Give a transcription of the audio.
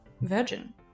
virgin